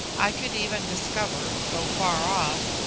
i could even discover, though far off,